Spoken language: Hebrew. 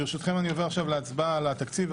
ברשותכם אני עובר עכשיו להצבעה על התקציב,